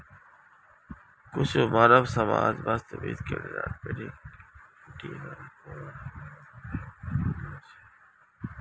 कुछु मानव समाज वास्तवत कीडाक प्रोटीनेर प्रमुख स्रोतेर रूपत उपयोग करछे